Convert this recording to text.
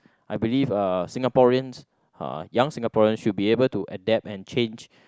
I believe uh Singaporeans uh young Singaporeans should be able to adapt and change